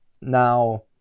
now